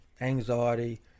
anxiety